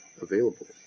available